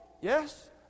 yes